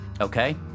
Okay